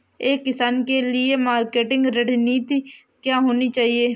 एक किसान के लिए मार्केटिंग रणनीति क्या होनी चाहिए?